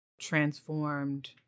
transformed